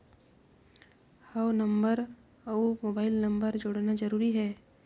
हव नंबर अउ mobile number जोड़ना जरूरी हे?